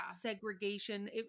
segregation